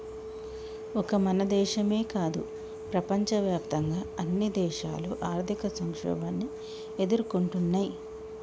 ఒక మన దేశమో కాదు ప్రపంచవ్యాప్తంగా అన్ని దేశాలు ఆర్థిక సంక్షోభాన్ని ఎదుర్కొంటున్నయ్యి